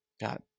God